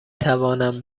توانم